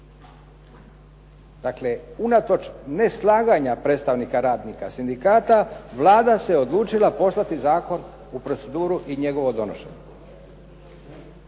Dakle, unatoč neslaganja predstavnika radnika, sindikata, Vlada se odlučila poslati zakon u proceduru i njegovo donošenje.